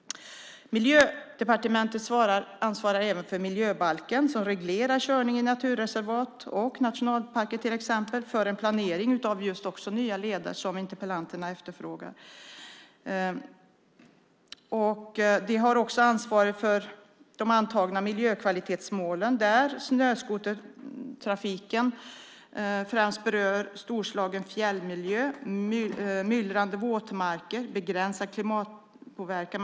Miljödepartementet ansvarar även för miljöbalken, som reglerar körning i naturreservat och i nationalparker till exempel, och planering av nya leder, som interpellanterna efterfrågar. De har också ansvaret för de antagna miljökvalitetsmålen när det gäller snöskotertrafik som främst berör Storslagen fjällmiljö, Myllrande våtmarker, Begränsad klimatpåverkan.